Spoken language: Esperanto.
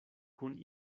kun